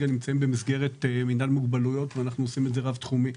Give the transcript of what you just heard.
העודפים נוצרו בעקבות שירותי מחשוב וגם ביטחון תזונתי,